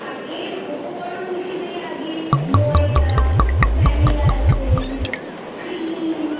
আর এর উপকরণ হিসেবে লাগে ময়দা ভ্যানিলা এসেন্স ক্রিম